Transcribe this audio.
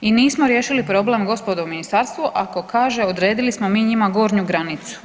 I nismo riješili problem, gospodo u ministarstvu, ako kaže, odredili smo mi njima gornju granicu.